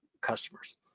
customers